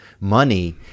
money